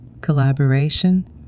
collaboration